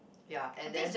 ya and then